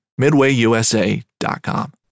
MidwayUSA.com